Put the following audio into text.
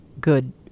good